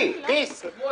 לשמור?